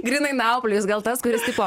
grynai nauplijus gal tas kuris tipo